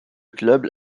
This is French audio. club